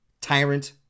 tyrant